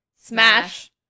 Smash